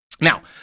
Now